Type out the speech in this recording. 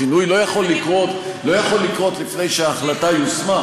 השינוי לא יכול לקרות לפני שההחלטה יושמה.